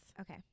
Okay